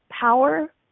power